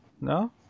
no